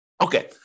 Okay